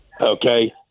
Okay